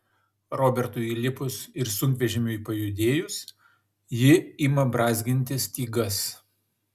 robertui įlipus ir sunkvežimiui pajudėjus ji ima brązginti stygas